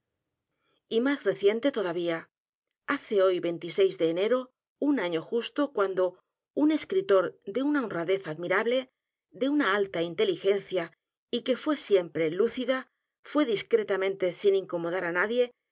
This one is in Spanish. y más reciente todavía hace hoy de enero u n año justo cuando un escritor de una honradez admirable de una alta inteligencia y que fué siempre lúcida fué discretamente sin incomodar á nadie